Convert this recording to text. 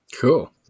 Cool